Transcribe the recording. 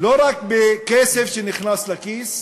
לא רק בכסף שנכנס לכיס,